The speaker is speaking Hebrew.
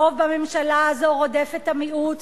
הרוב בממשלה הזו רודף את המיעוט,